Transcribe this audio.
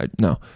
no